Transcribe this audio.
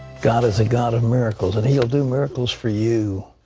god is a god of miracles, and he'll do miracles for you.